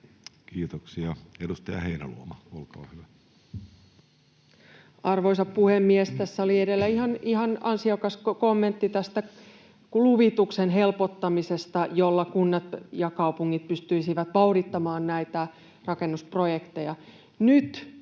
Kiitoksia. — Edustaja Heinäluoma, olkaa hyvä. Arvoisa puhemies! Tässä oli edellä ihan ansiokas kommentti tästä luvituksen helpottamisesta, jolla kunnat ja kaupungit pystyisivät vauhdittamaan näitä rakennusprojekteja.